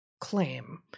claim